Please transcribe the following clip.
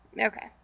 Okay